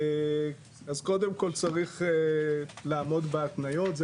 אז קודם כל צריך לעמוד בהתניות.